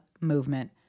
movement